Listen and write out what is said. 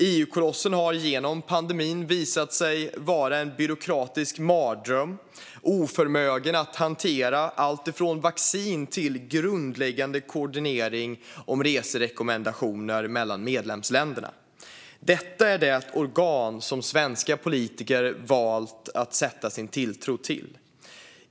EU-kolossen har genom pandemin visat sig vara en byråkratisk mardröm, oförmögen att hantera alltifrån vaccin till grundläggande koordinering av rekommendationer för resor mellan medlemsländerna. Detta är det organ som svenska politiker valt att sätta sin tilltro till.